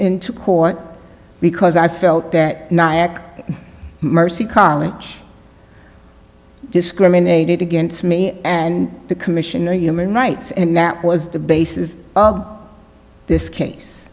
into court because i felt that nayak mercy college discriminated against me and the commission on human rights and that was the basis of this case